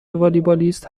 والیبالیست